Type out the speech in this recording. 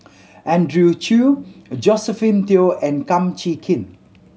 Andrew Chew Josephine Teo and Kum Chee Kin